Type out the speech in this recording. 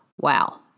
Wow